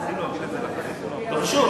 הצעת חוק כזאת.